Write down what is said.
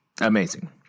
Amazing